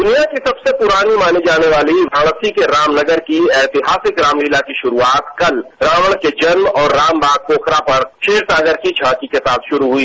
दुनिया की सबसे पुरानी माने जाने वाली भारत की रामनगर की ऐतिहासिक रामलीला की शुरुआत कल रावण के जन्म और रामबाग पोखरा पर क्षीर सागर की झांकी के साथ श्रु हई